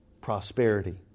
prosperity